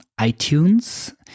iTunes